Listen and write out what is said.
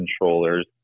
controllers